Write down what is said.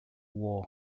war